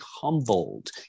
humbled